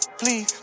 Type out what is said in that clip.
please